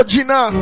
Gina